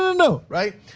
no, right?